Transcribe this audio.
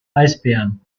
eisbären